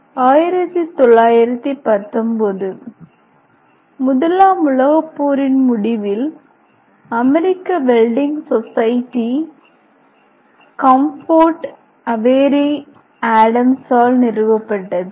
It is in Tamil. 1919 முதலாம் உலகப் போரின் முடிவில் அமெரிக்க வெல்டிங் சொசைட்டி கம்ஃபோர்ட் அவேரி ஆடம்ஸால் நிறுவப்பட்டது